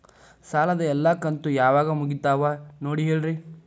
ಸಾಲದ ಎಲ್ಲಾ ಕಂತು ಯಾವಾಗ ಮುಗಿತಾವ ನೋಡಿ ಹೇಳ್ರಿ